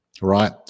Right